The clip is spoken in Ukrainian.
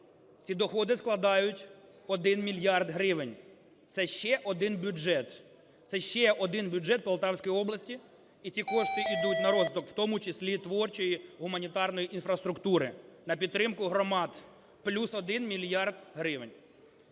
ці доходи складають 1 мільярд гривень. Це ще один бюджет, це ще один бюджет Полтавської області. І ці кошти ідуть на розвиток в тому числі творчої, гуманітарної інфраструктури, на підтримку громад, плюс 1 мільярд гривень.